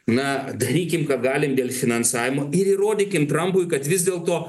na darykim ką galim dėl finansavimo ir įrodykim trampui kad vis dėlto